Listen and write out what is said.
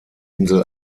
insel